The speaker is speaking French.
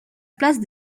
place